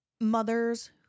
mother's